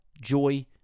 joy